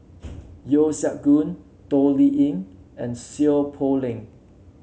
Yeo Siak Goon Toh Liying and Seow Poh Leng